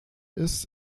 ist